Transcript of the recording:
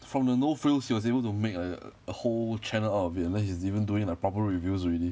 from the no frills he was able to make like a whole channel out of it and then he's even doing like proper reviews already